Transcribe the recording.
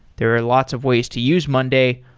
there are lots of ways to use monday,